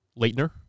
leitner